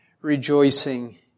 rejoicing